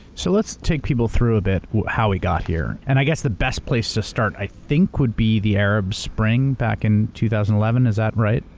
so let's take people through a bit, how we got here. and i guess the best place to start, i think, would be the arab spring, back in two thousand and eleven. is that right?